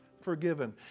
forgiven